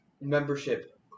membership